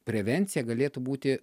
prevencija galėtų būti